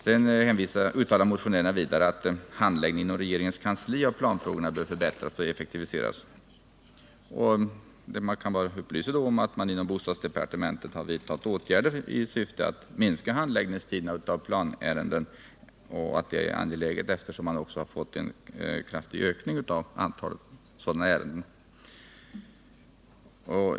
Motionärerna uttalar vidare att handläggningen inom regeringens kansli av planfrågorna bör förbättras och effektiviseras. Låt mig då upplysa om att det inom bostadsdepartementet har vidtagits åtgärder i syfte att minska handläggningstiderna av planärenden. Detta är angeläget eftersom man fått en kraftig ökning av antalet sådana ärenden.